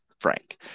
Frank